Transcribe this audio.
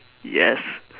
yes